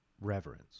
reverence